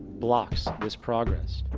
blocks this progress,